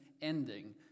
ending